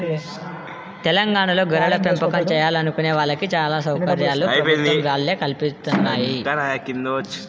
తెలంగాణాలో గొర్రెలపెంపకం చేయాలనుకునే వాళ్ళకి చానా సౌకర్యాలు ప్రభుత్వం వాళ్ళే కల్పిత్తన్నారు